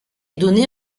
donnée